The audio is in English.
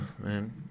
man